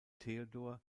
theodor